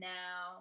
now